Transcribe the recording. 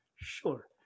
Sure